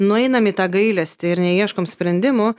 nueinam į tą gailestį ir neieškom sprendimų